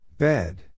Bed